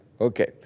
Okay